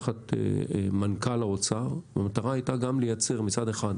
תחת מנכ"ל האוצר, המטרה הייתה גם לייצר, מצד אחד,